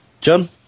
John